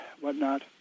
whatnot